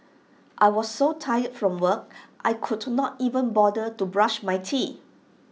I was so tired from work I could not even bother to brush my teeth